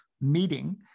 meeting